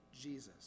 Jesus